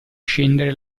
scendere